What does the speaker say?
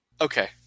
Okay